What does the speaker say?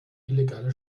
illegale